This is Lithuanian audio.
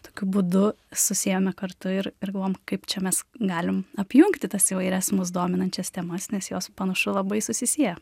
tokiu būdu susiėjome kartu ir ir galvojom kaip čia mes galim apjungti tas įvairias mus dominančias temas nes jos panašu labai susisieja